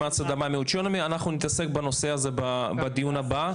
אנחנו נתעסק בנושא הזה בדיון הבא.